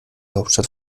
hauptstadt